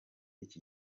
iki